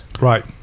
Right